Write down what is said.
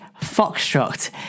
Foxtrot